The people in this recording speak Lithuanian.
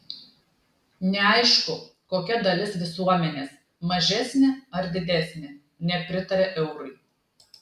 neaišku kokia dalis visuomenės mažesnė ar didesnė nepritaria eurui